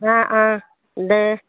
অঁ অঁ দে